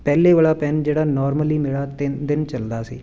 ਪਹਿਲਾਂ ਵਾਲਾ ਪੈੱਨ ਜਿਹੜਾ ਨੋਰਮਲੀ ਮੇਰਾ ਤਿੰਨ ਦਿਨ ਚਲਦਾ ਸੀ